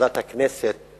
שוועדת הכנסת